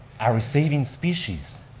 are we saving species?